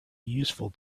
useful